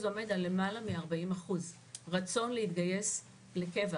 עומד על למעלה מ-40% רצון להתגייס לקבע.